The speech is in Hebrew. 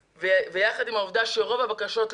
יחד עם העובדה שרוב הבקשות,